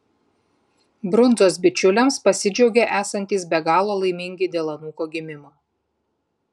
brundzos bičiuliams pasidžiaugė esantys be galo laimingi dėl anūko gimimo